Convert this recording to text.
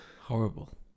horrible